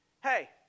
Hey